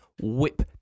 whip